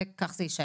וכך זה יישאר.